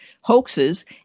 hoaxes